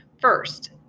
first